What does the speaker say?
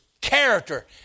character